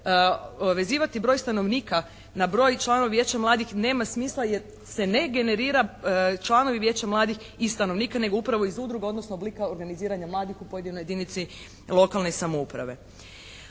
vezivati broj stanovnika na broj članova Vijeća mladih nema smisla jer se ne generira članovi Vijeća mladih i stanovnika nego upravo iz udruga odnosno oblika organiziranja mladih u pojedinoj jedinici lokalne samouprave.